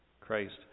Christ